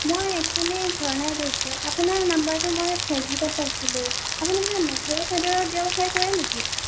মই এক্সোৱেলি ঝৰ্ণাই কৈছোঁ আপোনাৰ নাম্বাৰটো মই ফেচবুকত পাইছিলোঁ আপুনি কিবা মেখেলা চাদৰ ব্যৱসায় কৰে নেকি